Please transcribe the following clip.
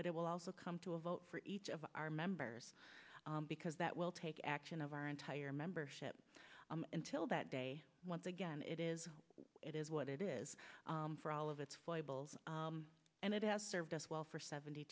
but it will also come to a vote for each of our members because that will take action of our entire membership until that day once again it is it is what it is for all of its foibles and it has served us well for seventy